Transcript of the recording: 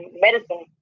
medicine